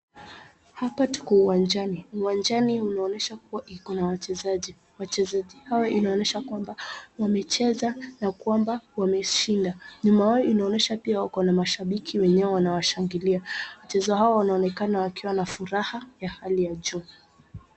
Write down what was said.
Hapa tuko uwanjani, uwanjani unaonyesha kuwa iko na wachezaji wachezaji hawa inaonyesha kwamba wamecheza na kwamba wameshinda. Nyuma yao inaonyesha pia wako na mashabiki wenye wanawashangilia. Wachzaji hao wanaonekana wakiwa na furaha ya hali ya juu.